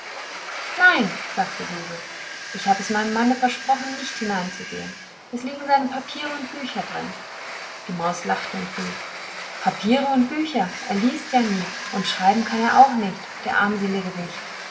nein sagte suse ich hab es meinem manne versprochen nicht hineinzugehn es liegen seine papiere und bücher drin die maus lachte und rief papiere und bücher er liest ja nie und schreiben kann er auch nicht der armselige